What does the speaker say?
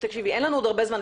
אין לנו עוד הרבה זמן,